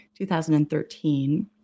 2013